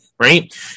Right